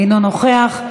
אינו נוכח.